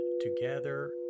together